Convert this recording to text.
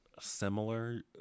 similar